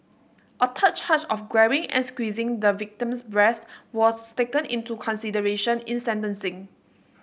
a third charge of grabbing and squeezing the victim's breast was taken into consideration in sentencing